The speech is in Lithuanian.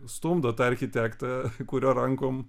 stumdo tą architektą kurio rankom